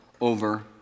over